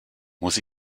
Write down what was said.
muss